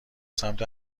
سمت